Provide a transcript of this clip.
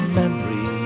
memory